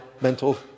mental